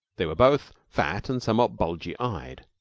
they were both fat and somewhat bulgy-eyed.